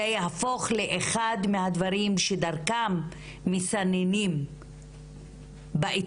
זה יהפוך לאחד מהדברים שדרכם מסננים באיתורים